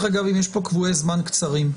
כן.